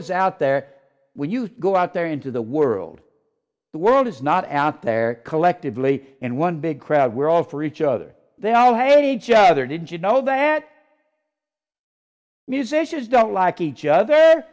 is out there when you go out there into the world the world is not out there collectively and one big crowd we're all for each other they all hey jogger did you know that musicians don't like each other